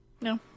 No